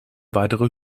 weitere